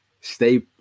stay